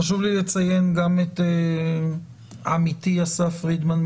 חשוב לי לציין גם את עמיתי אסף פרידמן,